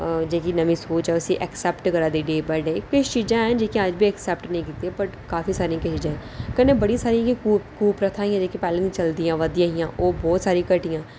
जेह्की नमीं सोच ऐ उसी ऐक्सैप्ट करै दे किश चीजां हैन जेह्की अज्ज बी एक्सैप्ट नेईं कीतियां गेइयां न काफी सारी चीजां न कन्नै बड़ी सारी कू प्रथां ही जेह्ड़िय़ां पैह्लें चलदी आवै दियां हियां ओह् घटै दियां न